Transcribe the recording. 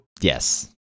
Yes